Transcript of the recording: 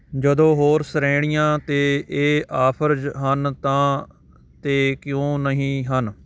ਜਦੋਂ ਹੋਰ ਸ਼੍ਰੇਣੀਆਂ 'ਤੇ ਇਹ ਆਫ਼ਰਜ਼ ਹਨ ਤਾਂ 'ਤੇ ਕਿਉਂ ਨਹੀਂ ਹਨ